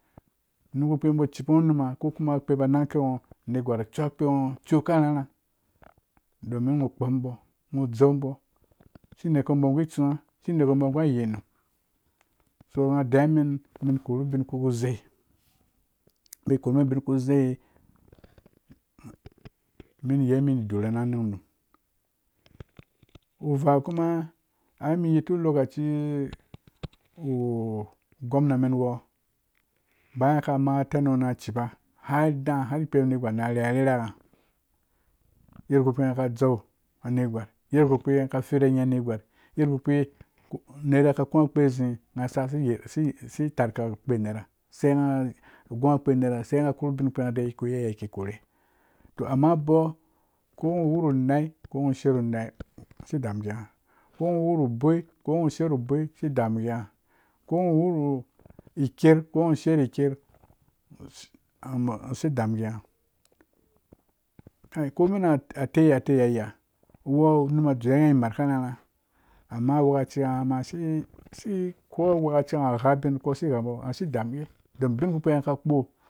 Unum kpukpi uba cipungho numa kokuma akpe ba nangke ngho anet gwar ciu kpe ngho ciu ka rharha domin ngho kpom umbo ngho dzeu umbo si neko umbo gu tsũwã si neko umbo gũ ayetnum. so ngha deiwa men men korhu ubin ku zei bai korhuman ubinku zei men yei men idor na nangh unum uvaa kuma ai mun yiti lokaci u gomna men gwo baya ngha ka maa tenue ngha na ciba har da har ikpe negwar na rherha a rherha ngha yedda kpukpi ngha ka dzeu a negwar yeddakpukpi ngha ka firenyi na negwar yedda kpukpi unera ka ku akpe azi ngha saka si taarka akpe nera sei ngha gu akpe nera sai kurku ubin kpi nghaki iya kikorhe to amma abɔɔ ko ngho uwuru no ko ngho shiwa nu nai isi damungee ngha ko ngho wuru boi ko ngho shiwa ru bai si damungee ngha ko ngha wuru iker ko shi wa ni ker si damungee ngha ko umen ataiya ataiya yah uwo unum a dzeye ngha imar ka rhãrhã amma wokaci ngha si asi ko wokaci ngha ngha ubin kosi gha umbo si damungee ngha tem ubinki ngha ka kpo